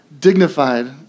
dignified